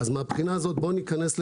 אז מהבחינה הזאת בואו ניכנס לפרופורציות: